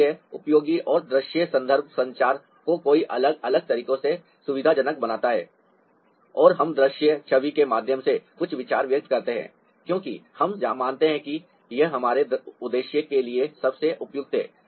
तो यह उपयोगी है और दृश्य संदर्भ संचार को कई अलग अलग तरीकों से सुविधाजनक बनाता है और हम दृश्य छवि के माध्यम से कुछ विचार व्यक्त करते हैं क्योंकि हम मानते हैं कि यह हमारे उद्देश्य के लिए सबसे उपयुक्त है